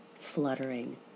fluttering